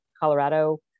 Colorado